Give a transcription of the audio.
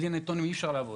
בלי נתונים אי-אפשר לעבוד.